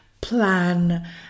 plan